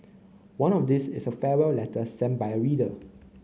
one of these is a farewell letter sent by a reader